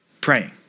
praying